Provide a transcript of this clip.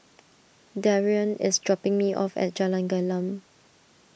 Darrian is dropping me off at Jalan Gelam